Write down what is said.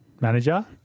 manager